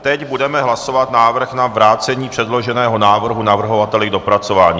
Teď budeme hlasovat návrh na vrácení předloženého návrhu navrhovateli k dopracování.